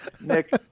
Nick